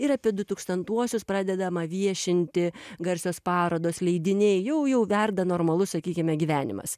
ir apie dutūkstantuosius pradedama viešinti garsios parodos leidiniai jau jau verda normalus sakykime gyvenimas